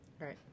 Right